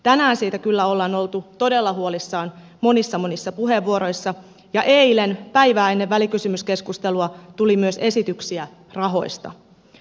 tänään siitä kyllä ollaan oltu todella huolissaan monissa monissa puheenvuoroissa ja eilen päivää ennen välikysymyskeskustelua tuli myös esityksiä rahoista